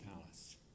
palace